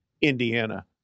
Indiana